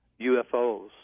UFOs